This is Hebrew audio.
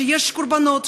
שיש קורבנות,